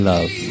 Love